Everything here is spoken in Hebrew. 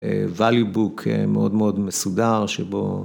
ווליובוק מאוד מאוד מסודר שבו...